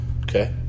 Okay